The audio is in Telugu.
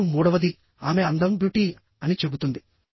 మరియు మూడవది ఆమె అందం అని చెబుతుంది